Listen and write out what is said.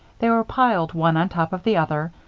they were piled one on top of the other,